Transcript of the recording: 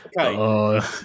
Okay